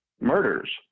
murders